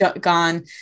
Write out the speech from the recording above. gone